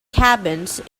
cabins